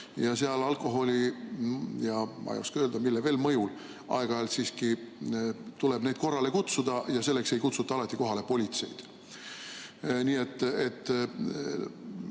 Seal alkoholi ja ma ei oska öelda, mille mõjul aeg-ajalt siiski on nii et tuleb neid korrale kutsuda, selleks ei kutsuta alati kohale politseid. Nii et